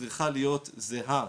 צריכה להיות זהה,